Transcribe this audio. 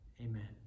Amen